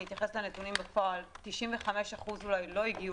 אתייחס לנתונים בפועל: 95% לא הגיעו